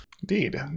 Indeed